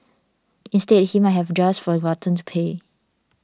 instead he might have just forgotten to pay